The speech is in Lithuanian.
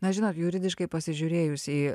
na žinot juridiškai pasižiūrėjus į